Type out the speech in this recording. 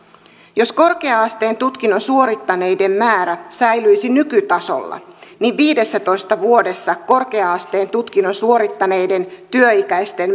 jos korkea asteen tutkinnon suorittaneiden määrä säilyisi nykytasolla niin viidessätoista vuodessa korkea asteen tutkinnon suorittaneiden työikäisten